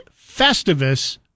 Festivus